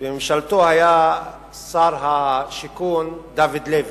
בממשלתו היה שר השיכון דוד לוי,